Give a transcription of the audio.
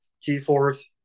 G-force